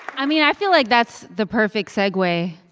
i mean, i feel like that's the perfect segue.